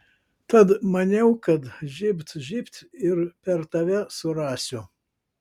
tad maniau kad žybt žybt ir per tave surasiu